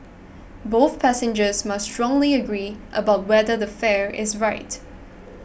both passengers must strongly agree about whether the fare is right